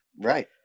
Right